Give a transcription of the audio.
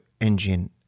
engine